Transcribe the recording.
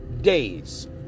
days